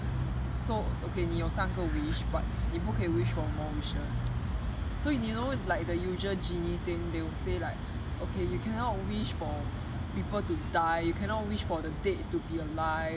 so okay 你有三个 wish but 你不可以 wish for more wishes so you know like the usual genie thing they will say like okay you cannot wish for people to die you cannot wish for the dead to be alive